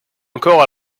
encore